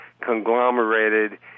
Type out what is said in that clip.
conglomerated